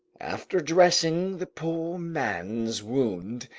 after dressing the poor man's wound,